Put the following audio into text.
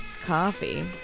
coffee